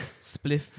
spliff